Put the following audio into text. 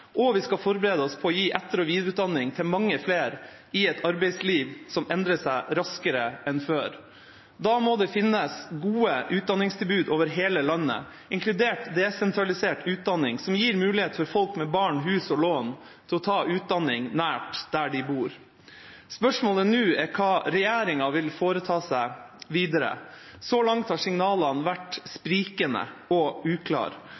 og på IKT-kompetanse, og vi skal forberede oss på å gi etter- og videreutdanning til mange flere i et arbeidsliv som endrer seg raskere enn før. Da må det finnes gode utdanningstilbud over hele landet, inkludert desentralisert utdanning som gir mulighet for folk med barn, hus og lån til å ta utdanning nær der de bor. Spørsmålet nå er hva regjeringa vil foreta seg videre. Så langt har signalene vært sprikende og uklare.